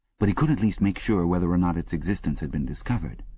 but he could at least make sure whether or not its existence had been discovered.